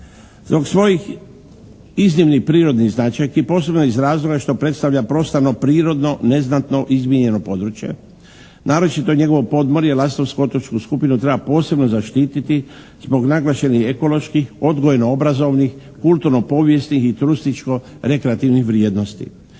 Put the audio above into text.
Zbog svojih iznimnih prirodnih značajki posebno iz razloga što predstavlja prostrano, prirodno, neznatno izmijenjeno područje naročito njegovo podmorje, Lastovsku otočnu skupinu treba posebno zaštititi zbog naglašenih ekoloških, odgojno-obrazovnih, kulturno-povijesnih i turističko-rekreativnih vrijednosti.